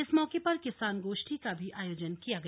इस मौके पर किसान गोष्ठी का भी आयोजन किया गया